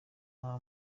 nta